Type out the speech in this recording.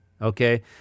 Okay